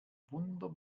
wunder